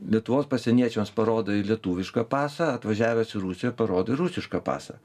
lietuvos pasieniečiams parodai lietuvišką pasą atvažiavęs į rusiją parodai rusišką pasą